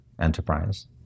enterprise